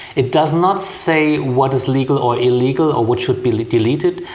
it does not say what is legal or illegal or what should be like deleted,